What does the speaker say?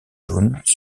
jaunes